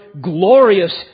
glorious